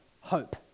hope